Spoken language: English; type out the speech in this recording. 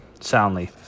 soundly